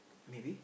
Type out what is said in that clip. maybe